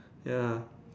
ya